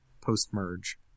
post-merge